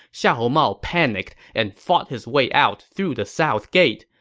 xiahou mao panicked and fought his way out through the south gate,